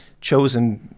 chosen